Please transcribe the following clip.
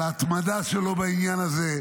על ההתמדה שלו בעניין הזה,